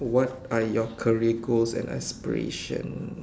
what are your career goals and aspiration